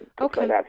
Okay